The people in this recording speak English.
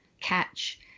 catch